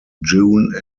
june